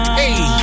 hey